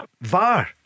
VAR